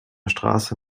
straße